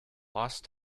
lost